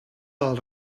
del